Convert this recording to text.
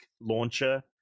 launcher